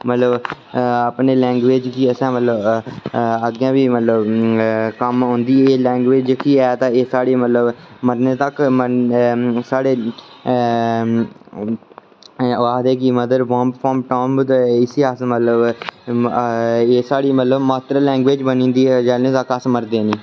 मतलब अपनी लैंग्वेज गी असें मतलब अग्गें बी कम्म औंदी एह् लैंग्वेज़ जेह्की ऐ तां एह् साढ़ी मतलब मरने तक साढ़े ओह् आखदे कि मदर फार्म टंग विद ते इसी अस मतलब ते साढ़ी मतलब मात्तर लैंग्वेज़ बनी जंदी ऐ जैलूं तक अस मरदे निं